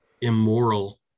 immoral